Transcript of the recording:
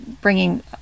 bringing